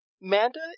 Manda